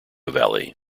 valley